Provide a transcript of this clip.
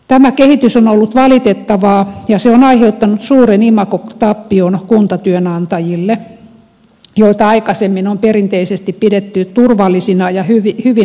tämä kehitys on ollut valitettavaa ja se on aiheuttanut suuren imagotappion kuntatyönantajille joita aikaisemmin on perinteisesti pidetty turvallisina ja hyvinä työnantajina